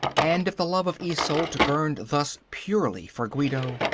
and if the love of isolde burned thus purely for guido,